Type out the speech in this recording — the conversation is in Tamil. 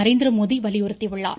நரேந்திரமோடி வலியுறுத்தியுள்ளார்